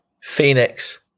Phoenix